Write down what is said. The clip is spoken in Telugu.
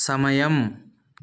సమయం